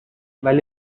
ولی